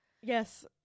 Yes